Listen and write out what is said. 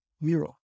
Mural